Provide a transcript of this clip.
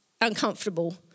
uncomfortable